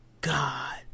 God